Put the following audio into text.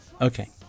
Okay